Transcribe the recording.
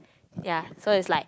ya so it's like